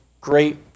great